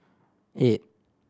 eight